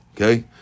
okay